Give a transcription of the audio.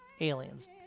aliens